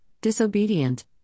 disobedient